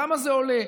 כמה זה עולה.